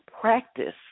practice